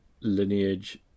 lineage